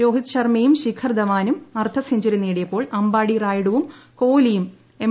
രോഹിത് ശർമയും ശിഖർധവാനും അർദ്ധ സെഞ്ചറി നേടിയപ്പോൾ അമ്പാടി റായുഡുവും കോഹ്ലിയും എം